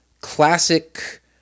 classic